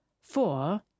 four